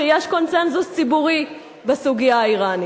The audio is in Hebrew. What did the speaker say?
שיש קונסנזוס ציבורי בסוגיה האירנית.